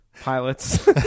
Pilots